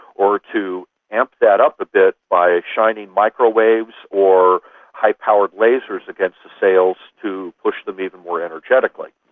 or to amp that up a bit by shining microwaves or high-powered lasers against the sails to push them even more energetically.